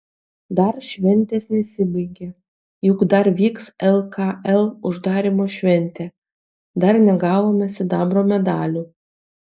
dar šventės nesibaigė juk dar vyks lkl uždarymo šventė dar negavome sidabro medalių